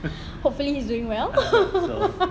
hopefully he is doing well